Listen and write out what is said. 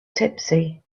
tipsy